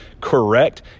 correct